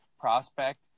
prospect